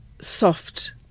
soft